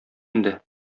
инде